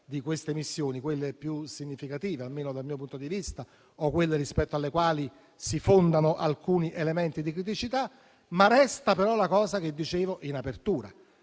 di queste missioni, quelle più significative (almeno dal mio punto di vista) o quelle sulle quali si fondano alcuni elementi di criticità. Resta però la cosa che dicevo in apertura: